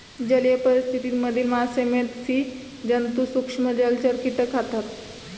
जलीय परिस्थिति मधील मासे, मेध, स्सि जन्तु, सूक्ष्म जलचर, कीटक खातात